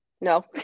No